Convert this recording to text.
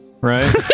right